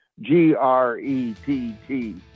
G-R-E-T-T